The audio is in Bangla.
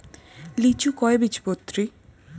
লিচু কয় বীজপত্রী?